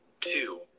two